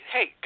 Hey